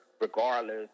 regardless